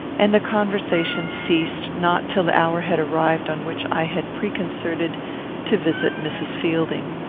and the conversation ceased not till the hour had arrived on which i had preconcerted to visit mrs. fielding.